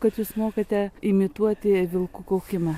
kad jūs mokate imituoti vilkų kaukimą